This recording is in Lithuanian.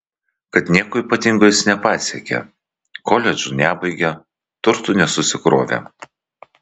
kad nieko ypatingo jis nepasiekė koledžų nebaigė turtų nesusikrovė